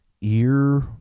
ear